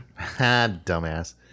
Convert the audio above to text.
Dumbass